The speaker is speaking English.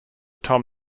tom